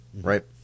right